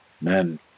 Men